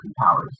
powers